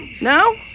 No